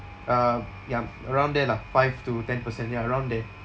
uh ya around there lah five to ten percent ya around there